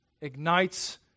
ignites